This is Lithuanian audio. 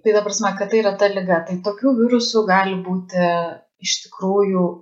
tai ta prasme kad tai yra ta liga tai tokių virusų gali būti iš tikrųjų